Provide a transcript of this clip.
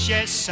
Yes